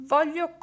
Voglio